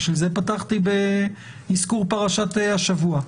בשביל זה פתחתי באזכור פרשת השבוע.